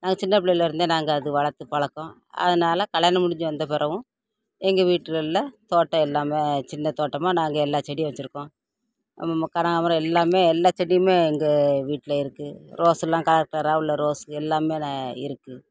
நாங்கள் சின்ன பிள்ளையில் இருந்தே நாங்கள் அது வளர்த்து பழக்கம் அதனால கல்யாணம் முடிஞ்சு வந்த பிறவும் எங்கள் வீட்டுகள்ல தோட்டம் எல்லாமே சின்ன தோட்டமாக நாங்கள் எல்லா செடியும் வச்சிருக்கோம் நம்ம கனகாம்மரம் எல்லாமே எல்லா செடியுமே எங்கள் வீட்டில் இருக்குது ரோஸ் எல்லாம் கலர் கலராக உள்ள ரோஸ் எல்லாமே ந இருக்குது